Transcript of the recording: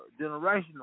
generational